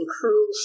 cruel